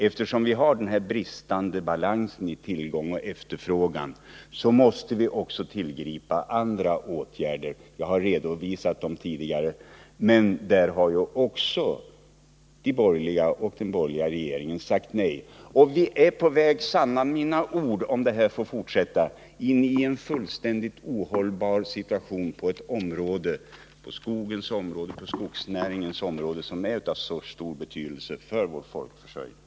Eftersom det råder bristande balans mellan tillgång och efterfrågan måste vi också tillgripa andra åtgärder -— jag har redovisat dem tidigare. Men där har de borgerliga sagt nej. och vi är på väg — sanna mina ord — om det här får fortsätta, in i en fullständigt ohållbar situation på skogsnäringens område som är av så stor betydelse för vår folkförsörjning.